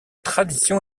tradition